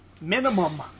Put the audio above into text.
minimum